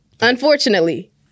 Unfortunately